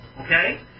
okay